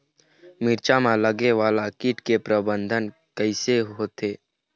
मिरचा मा लगे वाला कीट के प्रबंधन कइसे होथे?